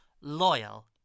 loyal